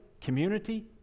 community